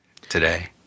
today